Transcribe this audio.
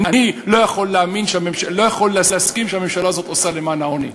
אני לא יכול להסכים שהממשלה הזאת עושה למען העוני.